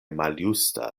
maljusta